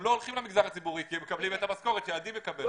הם לא הולכים למגזר הציבורי כי הם מקבלים את המשכורת שעדי מקבלת.